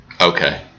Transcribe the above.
Okay